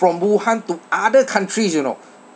from wu han to other countries you know